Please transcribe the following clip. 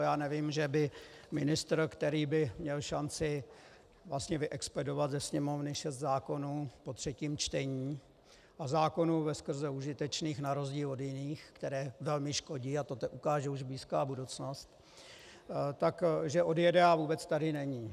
Já nevím, že by ministr, který by měl šanci vyexpedovat ze Sněmovny šest zákonů po třetím čtení, a zákonů veskrze užitečných na rozdíl od jiných, které velmi škodí, a to ukáže už blízká budoucnost, tak že odjede a vůbec tady není.